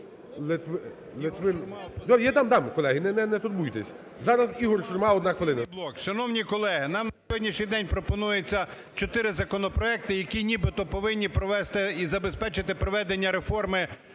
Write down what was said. Я дам, колеги, не турбуйтесь. Зараз Ігор Шурма, одна хвилина. 10:36:55 ШУРМА І.М. Шановні колеги! Нам на сьогоднішній день пропонується чотири законопроекти, які нібито повинні провести і забезпечити проведення реформи